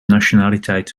nationaliteit